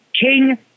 King